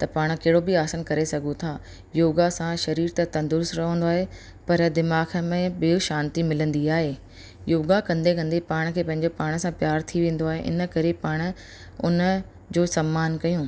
त पाण कहिड़ो बि आसन करे सघूं था योगा सां शरीर त तंदुरुस्तु रहंदो आहे पर दिमाग़ में ॿी शांती मिलंदी आहे योगा कंदे कंदे पाण खे पंहिंजे पाण सां प्यार थी वेंदो आहे इन करे पाण उन जो सम्मान कयूं